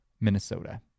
Minnesota